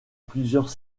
plusieurs